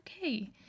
okay